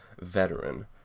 veteran